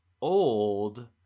old